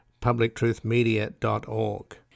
publictruthmedia.org